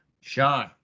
Sean